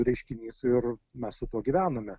reiškinys ir mes su tuo gyvename